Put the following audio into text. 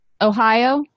Ohio